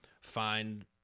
find